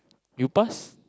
you passed